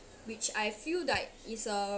which I feel like it's a